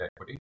equity